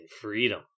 freedom